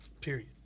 Period